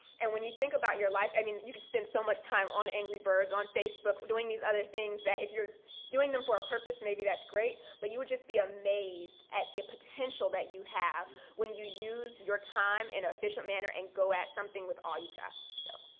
and when you think about your life i mean, you can spend so many time on angry birds, on facebook, doing these other things that, if you're doing them for a purpose maybe that's great. but you would just be amazed at the potential that you have when you use your time in an efficient manner and go at something with all you've got. so